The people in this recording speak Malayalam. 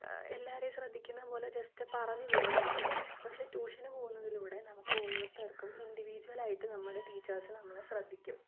എല്ലാവരെയും ശ്രദ്ധിക്കുന്നതു പോലെ ജസ്റ്റ് പറഞ്ഞു വിടുകയേ ഉള്ളു പക്ഷേ ട്യൂഷനു പോകുന്നതിലൂടെ നമുക്ക് ഓരോരുത്തർക്കും ഇൻറ്റിവിജ്ജ്വലായിട്ട് നമ്മുടെ ടീച്ചേഴ്സ് നമ്മളെ ശ്രദ്ധിക്കും